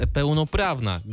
pełnoprawna